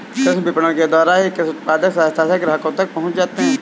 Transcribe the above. कृषि विपणन के द्वारा कृषि उत्पाद सहजता से ग्राहकों तक पहुंच जाते हैं